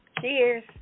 Cheers